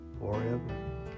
forever